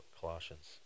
Colossians